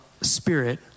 spirit